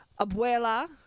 Abuela